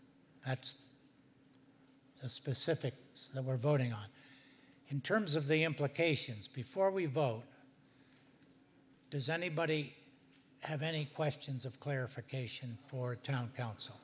seven that's a specific that we're voting on in terms of the implications before we vote does anybody have any questions of clarification for town council